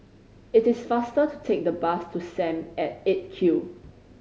it is faster to take the bus to Sam at Eight Q